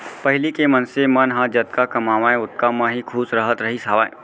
पहिली के मनसे मन ह जतका कमावय ओतका म ही खुस रहत रहिस हावय